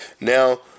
Now